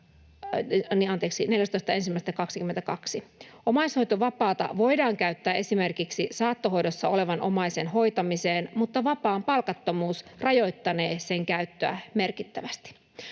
lailla 14.1.2022. Omaishoitovapaata voidaan käyttää esimerkiksi saattohoidossa olevan omaisen hoitamiseen, mutta vapaan palkattomuus rajoittanee sen käyttöä merkittävästi.